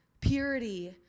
purity